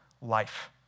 life